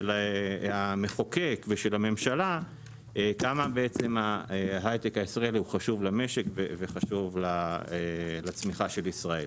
המחוקק ושל הממשלה כמה ההייטק הישראלי חשוב למשק וחשוב לצמיחת ישראל.